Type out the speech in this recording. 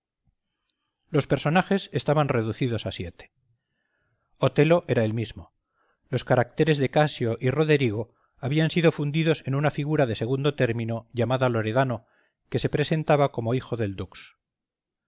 los personajes estaban reducidos a siete otelo era el mismo los caracteres de casio y roderigo habían sido fundidos en una figura de segundo término llamada loredano que se presentaba como hijo del dux